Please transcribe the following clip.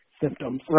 symptoms